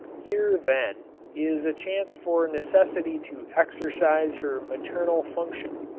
here, then, is a chance for necessity to exercise her maternal function.